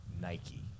nike